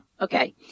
Okay